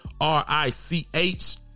R-I-C-H